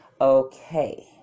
Okay